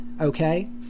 Okay